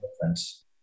difference